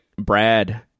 Brad